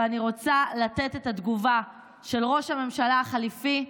ואני רוצה לתת את התגובה של ראש הממשלה החליפי,